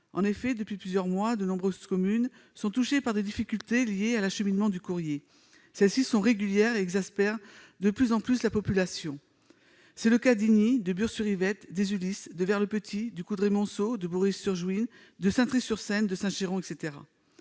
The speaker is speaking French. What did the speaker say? En effet, depuis plusieurs mois, de nombreuses communes sont touchées par des difficultés liées à l'acheminement du courrier. Celles-ci sont régulières et l'exaspération de la population ne fait que s'accroître. C'est le cas d'Igny, de Bures-sur-Yvette, des Ulis, de Vert-le-Petit, du Coudray-Montceaux, de Bouray-sur-Juine, de Saintry-sur-Seine, de Saint-Chéron, entre